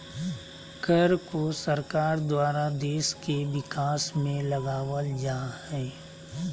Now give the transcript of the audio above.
कर को सरकार द्वारा देश के विकास में लगावल जा हय